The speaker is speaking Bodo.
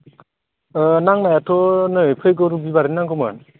नांनायाथ' नै फैगौ रबिबारैनो नांगौमोन